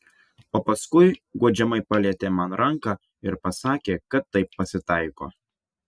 o paskui guodžiamai palietė man ranką ir pasakė kad taip pasitaiko